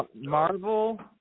Marvel